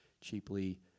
cheaply